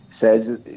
says